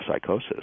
psychosis